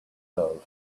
love